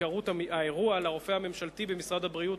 מקרות האירוע לרופא הממשלתי במשרד הבריאות